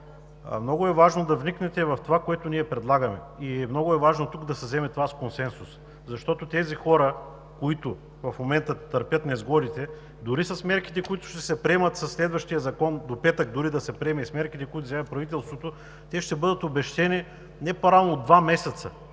Много е важно да вникнете в това, което ние предлагаме, много е важно тук да се вземе с консенсус, защото тези хора, които в момента търпят несгодите, дори с мерките, които ще се приемат със следващия закон до петък, дори да се приеме и с мерките, които вземе правителството, те ще бъдат обезщетени не по-рано от два месеца.